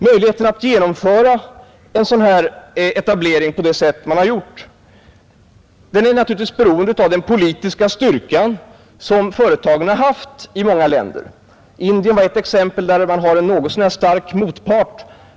Möjligheten att genomföra en sådan här etablering på det sätt som man har gjort är naturligtvis beroende av den politiska styrka som företagen har haft i många länder. Indien var ett exempel där företagen har haft något så när stark motpart.